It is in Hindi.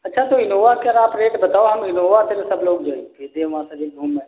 अच्छा तो इनोवा करा रेट बताओ हम इनोवा से सब लोग जाएंगे जेमा शरीफ घूमने